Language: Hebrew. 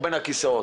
צורה.